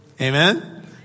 Amen